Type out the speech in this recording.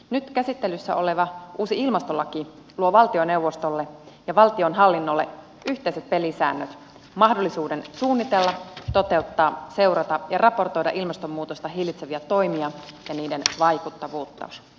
nyt käsittelyssä oleva uusi ilmastolaki luo valtioneuvostolle ja valtionhallinnolle yhteiset pelisäännöt mahdollisuuden suunnitella toteuttaa seurata ja raportoida ilmastonmuutosta hillitseviä toimia ja niiden vaikuttavuutta